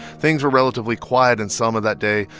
things were relatively quiet in selma that day,